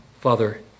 Father